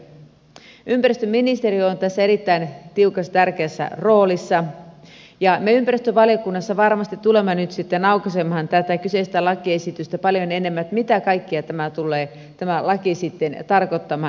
ympäristöministeriö on tässä erittäin tiukassa tärkeässä roolissa ja me ympäristövaliokunnassa varmasti tulemme nyt sitten aukaisemaan tätä kyseistä lakiesitystä paljon enemmän mitä kaikkea tämä laki tulee sitten tarkoittamaan